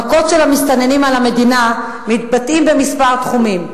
המכות של המסתננים על המדינה מתבטאות בכמה תחומים.